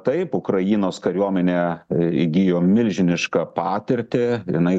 taip ukrainos kariuomenė įgijo milžinišką patirtį jinai